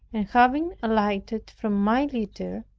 and having alighted from my litter,